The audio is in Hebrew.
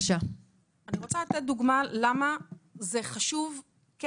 אני רוצה לתת דוגמה למה זה חשוב כן